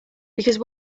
because